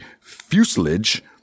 fuselage